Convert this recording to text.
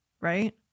Right